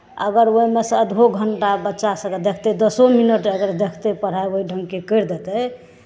अगर ओहिमे सँ आधो घण्टा बच्चा सभकेँ देखतै दसो मिनट अगर देखतै पढ़ाइ ओहि ढङ्गके करि देतै